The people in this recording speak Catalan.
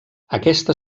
aquesta